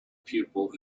pupil